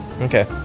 Okay